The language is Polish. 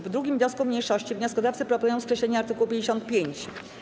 W 2. wniosku mniejszości wnioskodawcy proponują skreślenie art. 55.